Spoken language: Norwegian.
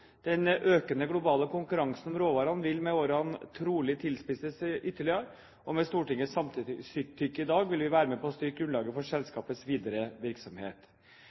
Den økende globale konkurransen om råvarene vil med årene trolig tilspisses ytterligere, og med Stortingets samtykke i dag vil vi være med på å styrke grunnlaget for selskapets videre virksomhet.